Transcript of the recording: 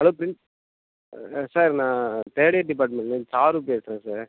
hello principal sir நான் third year டிப்பார்ட்மெண்ட்லேருந்து sir பேசுகிறேன் சார்